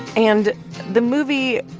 and the movie